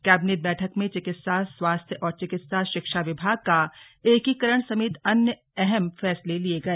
cabinet बैठक में चिकित्सा स्वास्थ्य और चिकित्सा शिक्षा विभाग का एकीकरण समेत अन्य अहम फैसले लिए गए